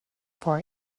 for